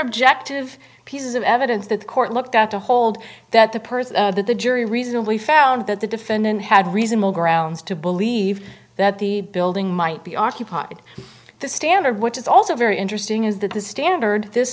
objective pieces of evidence that the court looked up to hold that the person that the jury reasonably found that the defendant had reasonable grounds to believe that the building might be occupied the standard which is also very interesting is that the standard this